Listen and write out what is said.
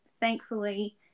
thankfully